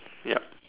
yup